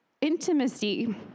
intimacy